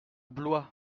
blois